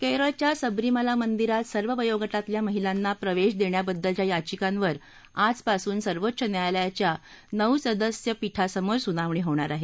केरळच्या सबरीमाला मंदिरात सर्व वयोग ातल्या महिलांना प्रवेश देण्याबद्दलच्या याचिकांवर आजपासून सर्वोच्च न्यायालयाच्या नऊ सदस्य पीठासमोर सुनावणी होणार आहे